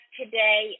today